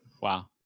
wow